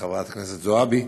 חברת הכנסת זועבי,